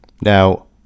Now